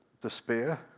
despair